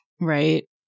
Right